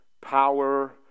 power